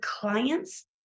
clients